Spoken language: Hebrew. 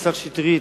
השר שטרית,